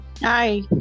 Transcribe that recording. Hi